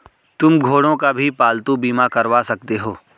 तुम घोड़ों का भी पालतू बीमा करवा सकते हो